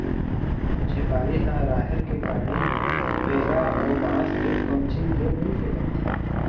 झिपारी ह राहेर के काड़ी, पेरा अउ बांस के कमचील ले मिलके बनथे